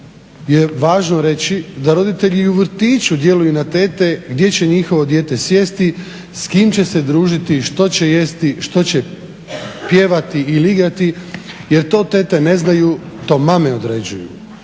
je važno reći da roditelji i u vrtići djeluju na tete gdje će njihovo dijete sjesti, s kim će se družiti, što će jesti, što će pjevati ili igrati jer to tete ne znaju – to mame određuju.